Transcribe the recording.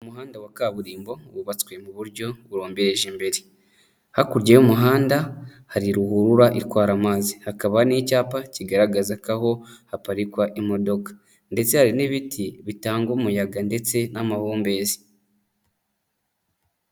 Umuhanda wa kaburimbo wubatswe mu buryo burombereje imbere. Hakurya y'umuhanda hari ruhurura itwara amazi, hakaba n'icyapa kigaragaza ko aho haparikwa imodoka. Ndetse hari n'ibiti bitanga umuyaga ndetse n'amahumbezi.